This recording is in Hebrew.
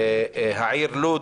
העיר לוד